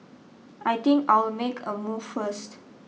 I think I'll make a move first